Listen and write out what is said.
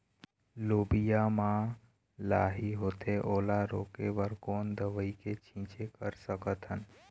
लोबिया मा लाही होथे ओला रोके बर कोन दवई के छीचें कर सकथन?